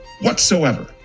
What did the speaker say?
whatsoever